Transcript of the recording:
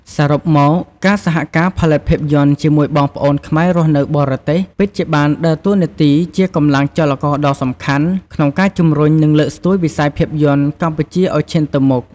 សរុបមក ការសហការផលិតភាពយន្តជាមួយបងប្អូនខ្មែររស់នៅបរទេស ពិតជាបានដើរតួនាទីជា កម្លាំងចលករដ៏សំខាន់ ក្នុងការជំរុញ និងលើកស្ទួយវិស័យភាពយន្តកម្ពុជាឱ្យឈានទៅមុខ។